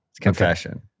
confession